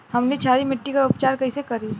हमनी क्षारीय मिट्टी क उपचार कइसे करी?